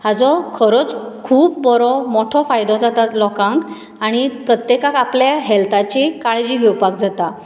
हाजो खरोच खूब बरो मोठो फायदो जाता लोकांक आनी प्रत्येकाक आपले हॅल्थाची काळजी घेवपाक जाता